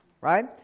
right